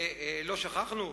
ולא שכחנו,